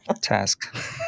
task